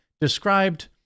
described